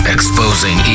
Exposing